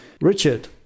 Richard